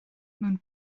mewn